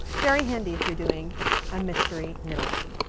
very handy if you're doing a mystery knit-a-long.